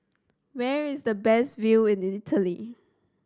where is the best view in Italy